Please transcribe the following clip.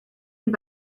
and